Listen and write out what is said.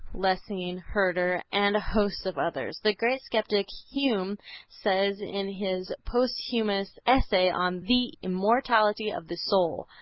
lessing, herder and a host of others. the great skeptic hume says in his posthumous essay on the immortality of the soul,